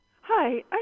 Hi